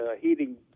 heating